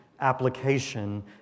application